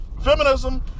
feminism